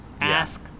Ask